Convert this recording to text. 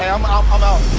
ah i'm out, i'm out.